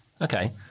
Okay